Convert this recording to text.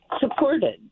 supported